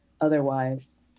otherwise